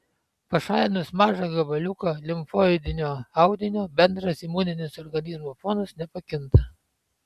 pašalinus mažą gabaliuką limfoidinio audinio bendras imuninis organizmo fonas nepakinta